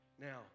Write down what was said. now